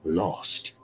lost